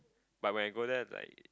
but when I go there like